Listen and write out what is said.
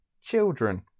children